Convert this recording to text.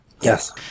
Yes